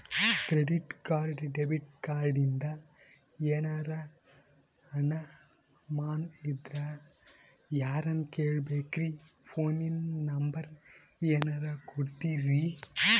Credit card, debit ಕಾರ್ಡಿಂದ ಏನರ ಅನಮಾನ ಇದ್ರ ಯಾರನ್ ಕೇಳಬೇಕ್ರೀ, ಫೋನಿನ ನಂಬರ ಏನರ ಕೊಡ್ತೀರಿ?